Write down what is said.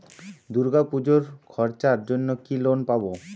দূর্গাপুজোর খরচার জন্য কি লোন পাব?